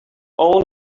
own